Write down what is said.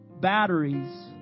batteries